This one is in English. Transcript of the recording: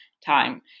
time